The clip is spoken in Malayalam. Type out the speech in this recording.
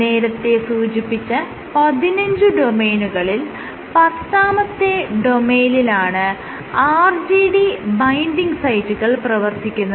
നേരത്തെ സൂചിപ്പിച്ച 15 ഡൊമെയ്നുകളിൽ പത്താമത്തെ ഡൊമെയ്നിലാണ് RGD ബൈൻഡിങ് സൈറ്റുകൾ പ്രവർത്തിക്കുന്നത്